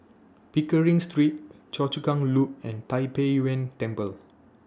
Pickering Street Choa Chu Kang Loop and Tai Pei Yuen Temple